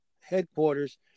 headquarters